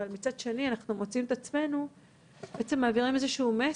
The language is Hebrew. אבל מצד שני אנחנו מוצאים את עצמנו בעצם מעבירים איזה שהוא מסר,